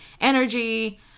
energy